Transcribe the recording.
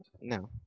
No